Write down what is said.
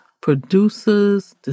producers